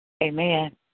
Amen